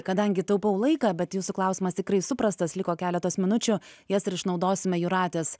kadangi taupau laiką bet jūsų klausimas tikrai suprastas liko keletas jas ir išnaudosime jūratės